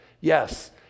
Yes